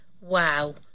Wow